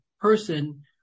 person